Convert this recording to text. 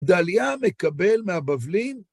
דליה מקבל מהבבלים?